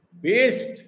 based